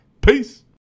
Peace